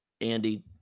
Andy